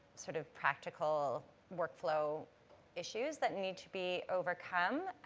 sort of, practical workflow issues that need to be overcome,